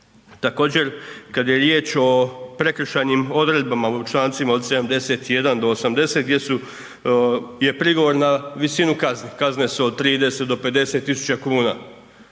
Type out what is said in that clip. Također, kad je riječ o prekršajnim odredbama u čl. od 71.-80. gdje je prigovor na visinu kazni. Kazne su od 30 do 50 tisuća kuna